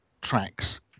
tracks